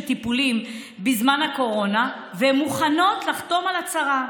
טיפולים בזמן הקורונה והן מוכנות לחתום על הצהרה.